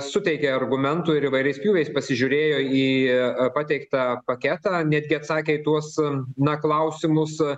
suteikė argumentų ir įvairiais pjūviais pasižiūrėjo į pateiktą paketą netgi atsakė į tuos na klausimus